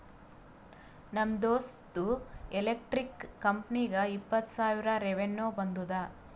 ನಮ್ ದೋಸ್ತ್ದು ಎಲೆಕ್ಟ್ರಿಕ್ ಕಂಪನಿಗ ಇಪ್ಪತ್ತ್ ಸಾವಿರ ರೆವೆನ್ಯೂ ಬಂದುದ